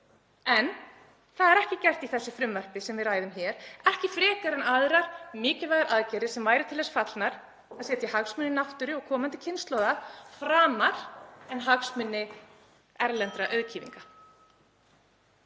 En það er ekki gert í þessu frumvarpi sem við ræðum hér, ekki frekar en aðrar mikilvægar aðgerðir sem væru til þess fallnar að setja hagsmuni náttúru og komandi kynslóða framar en hagsmuni erlendra auðkýfinga.